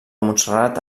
montserrat